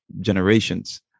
generations